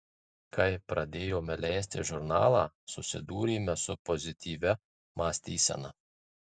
kai pradėjome leisti žurnalą susidūrėme su pozityvia mąstysena